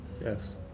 Yes